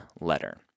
letter